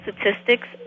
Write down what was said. statistics